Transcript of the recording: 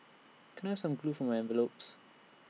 can I some glue for my envelopes